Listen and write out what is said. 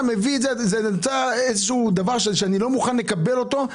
זה דבר שאני לא מוכן לקבל אותו.